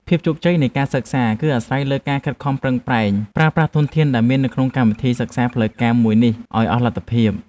ភាពជោគជ័យនៃការសិក្សា គឺអាស្រ័យលើការខិតខំប្រឹងប្រែងប្រើប្រាស់ធនធានដែលមានក្នុងកម្មវិធីសិក្សាផ្លូវការមួយនេះឱ្យអស់លទ្ធភាព។